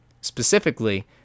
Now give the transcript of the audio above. Specifically